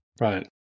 Right